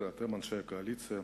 אתם אנשי הקואליציה,